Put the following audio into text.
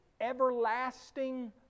everlasting